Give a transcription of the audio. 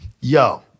yo